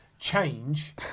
Change